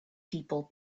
people